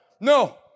No